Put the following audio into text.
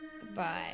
Goodbye